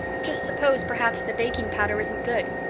just suppose perhaps the baking powder isn't good?